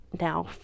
now